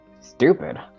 Stupid